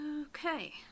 Okay